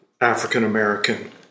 African-American